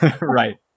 Right